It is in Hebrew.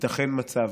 ייתכן מצב